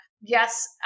Yes